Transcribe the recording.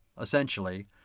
essentially